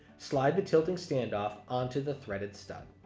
slide the tilting standoff on to the threaded stud.